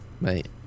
Mate